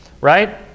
right